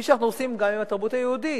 כפי שאנחנו עושים גם עם התרבות היהודית,